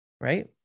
Right